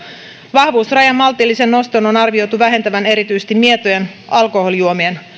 vahvuusrajan maltillisen noston on arvioitu vähentävän erityisesti mietojen alkoholijuomien